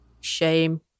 Shame